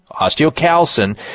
osteocalcin